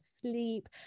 sleep